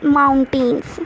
mountains